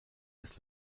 des